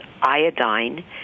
iodine